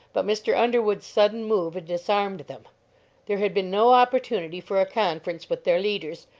but mr. underwood's sudden move had disarmed them there had been no opportunity for a conference with their leaders,